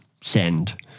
send